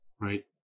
Right